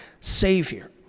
Savior